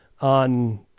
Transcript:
on